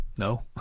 No